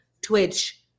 Twitch